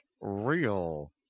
real